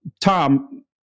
Tom